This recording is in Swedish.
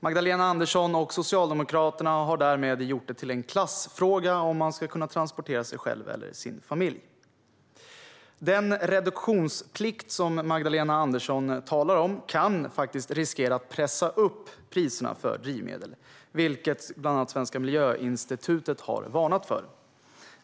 Magdalena Andersson och Socialdemokraterna har därmed gjort det till en klassfråga om man ska kunna transportera sig själv eller sin familj. Den reduktionsplikt som Magdalena Andersson talar om kan riskera att pressa upp priserna för drivmedel, vilket bland annat Svenska Miljöinstitutet har varnat för.